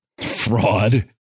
fraud